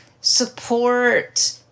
support